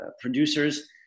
producers